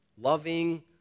Loving